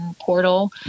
portal